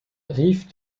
rief